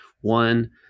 One